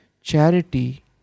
charity